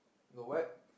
got what